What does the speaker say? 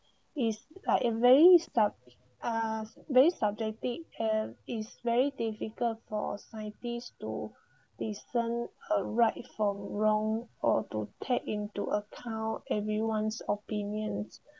is alike evade stopped uh very subjective uh is very difficult for scientists to listen uh right from wrong or to take into account everyone's opinions